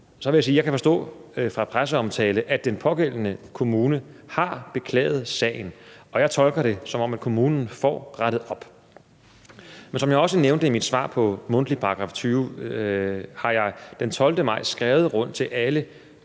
vil jeg sige, at jeg kan forstå fra presseomtale, at den pågældende kommune har beklaget sagen. Jeg tolker det, som om kommunen får rettet op. Men som jeg også nævnte i mit mundtlige svar på § 20-spørgsmål nr. S 1202, har jeg den 12. maj skrevet rundt til alle